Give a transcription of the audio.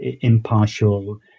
impartial